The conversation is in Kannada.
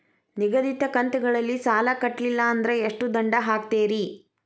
ನಿಗದಿತ ಕಂತ್ ಗಳಲ್ಲಿ ಸಾಲ ಕಟ್ಲಿಲ್ಲ ಅಂದ್ರ ಎಷ್ಟ ದಂಡ ಹಾಕ್ತೇರಿ?